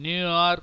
New York